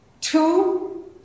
two